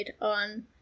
on